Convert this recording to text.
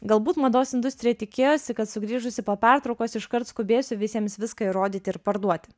galbūt mados industrija tikėjosi kad sugrįžusi po pertraukos iškart skubėsiu visiems viską įrodyti ir parduoti